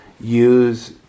use